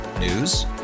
News